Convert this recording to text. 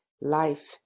life